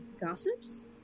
gossips